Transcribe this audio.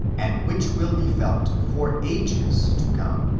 and which will be felt for ages to come.